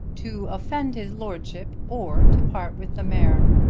to offend his lordship, or to part with the mare.